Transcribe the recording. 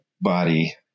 body